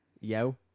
yo